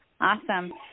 Awesome